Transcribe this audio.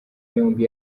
yombi